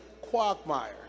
quagmire